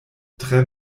tre